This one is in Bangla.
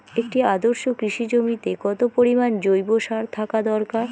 একটি আদর্শ কৃষি জমিতে কত পরিমাণ জৈব সার থাকা দরকার?